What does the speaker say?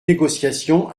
négociation